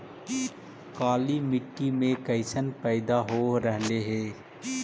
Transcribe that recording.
काला मिट्टी मे कैसन पैदा हो रहले है?